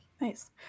Nice